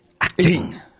Acting